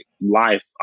life